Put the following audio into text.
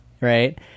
right